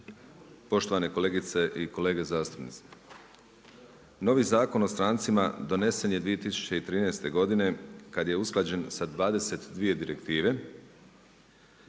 poštovane kolegice i kolege zastupnici novi Zakon o strancima donesen je 2013. godine kada je usklađen sa 22 direktive,